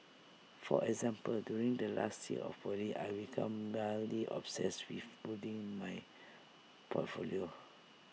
for example during the last year of poly I became mildly obsessed with building my portfolio